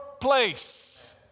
place